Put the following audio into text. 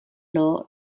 law